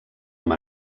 amb